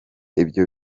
ibyo